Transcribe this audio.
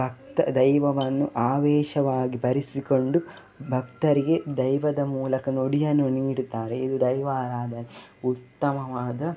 ಭಕ್ತ ದೈವವನ್ನು ಆವೇಶವಾಗಿ ಭರಿಸಿಕೊಂಡು ಭಕ್ತರಿಗೆ ದೈವದ ಮೂಲಕ ನುಡಿಯನ್ನು ನೀಡುತ್ತಾರೆ ಇದು ದೈವಾರಾಧನೆ ಉತ್ತಮವಾದ